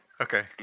Okay